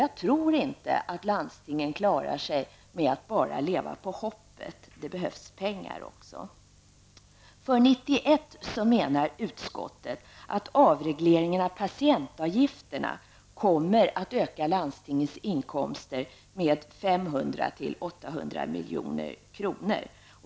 Jag tror inte att landstingen klarar sig med att bara leva på hoppet, det behövs pengar också. Utskottet menar att avregleringen av patientavgifterna kommer att öka landstingens inkomster för 1991 med 500--800 milj.kr.